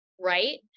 right